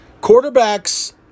Quarterbacks